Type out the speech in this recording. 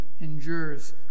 endures